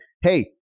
hey